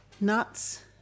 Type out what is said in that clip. nuts